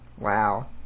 Wow